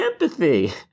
empathy